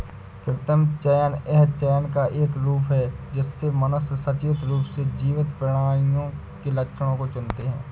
कृत्रिम चयन यह चयन का एक रूप है जिससे मनुष्य सचेत रूप से जीवित प्राणियों के लक्षणों को चुनते है